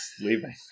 leaving